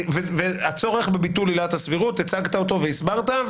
אומן הצורך בביטול עילת הסבירות הצגת אותו והסברת,